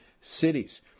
cities